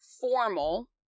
formal